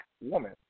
woman